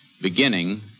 beginning